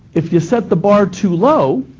if you set the bar too low,